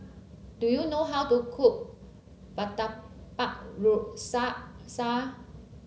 do you know how to cook Murtabak Rusa